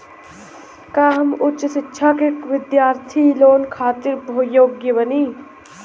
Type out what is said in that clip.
का हम उच्च शिक्षा के बिद्यार्थी लोन खातिर योग्य बानी?